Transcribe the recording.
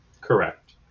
Correct